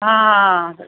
ആ അത്